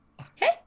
Okay